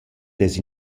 dess